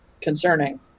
concerning